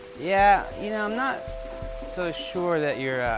yeah, you know, i'm not so sure that you're